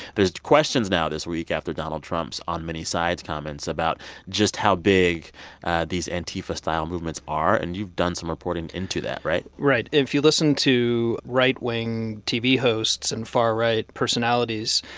there's questions now, this week, after donald trump's on-many-sides comments about just how big these antifa-style movements are. and you've done some reporting into that, right? right. if you listen to right-wing tv hosts and far-right personalities,